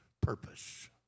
purpose